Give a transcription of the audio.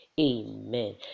Amen